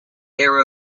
era